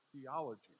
theology